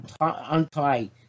untie